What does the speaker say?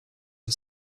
for